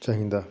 ਚਾਹੀਦਾ